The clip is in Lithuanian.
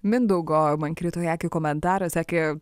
mindaugo man krito į akį komentaras sakė